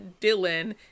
Dylan